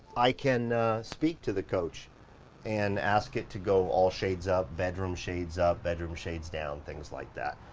i can speak to the coach and ask it to go all shades up, bedroom shades up, bedroom shades down, things like that.